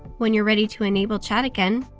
when you're ready to enable chat again,